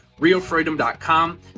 realfreedom.com